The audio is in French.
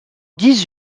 dix